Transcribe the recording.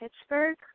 Pittsburgh